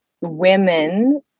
women